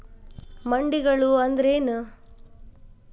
ಮಂಡಿಗಳು ಅಂದ್ರೇನು?